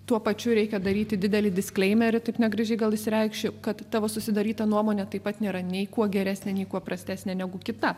tuo pačiu reikia daryti didelį diskleimerį taip negražiai gal išsireikšiu kad tavo susidaryta nuomonė taip pat nėra nei kuo geresnė nei kuo prastesnė negu kita